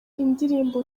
indirimbo